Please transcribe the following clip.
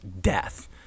death